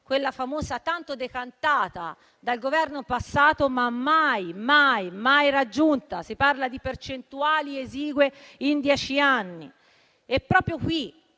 quella famosa e tanto decantata dal Governo precedente e mai raggiunta: si parla di percentuali esigue in dieci anni. Proprio qui